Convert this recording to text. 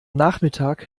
nachmittag